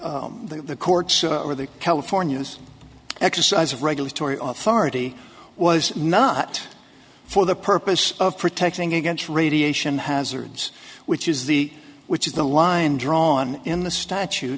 that the courts or the californias exercise of regulatory authority was not for the purpose of protecting against radiation hazards which is the which is the line drawn in the statute